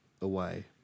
away